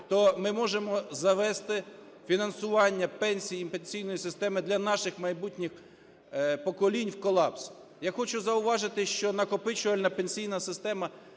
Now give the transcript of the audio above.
то ми можемо завести фінансування пенсій і пенсійної системи для наших майбутніх поколінь в колапс. Я хочу зауважити, що накопичувальна пенсійна система